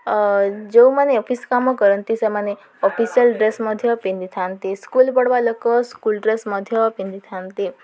ଯେଉଁମାନେ ଅଫିସ କାମ କରନ୍ତି ସେମାନେ ଅଫିସିଆଲ ଡ୍ରେସ୍ ମଧ୍ୟ ପିନ୍ଧିଥାନ୍ତି ସ୍କୁଲ ପଢ଼ବା ଲୋକ ସ୍କୁଲ ଡ୍ରେସ୍ ମଧ୍ୟ ପିନ୍ଧିଥାନ୍ତି